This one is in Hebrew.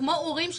אורים,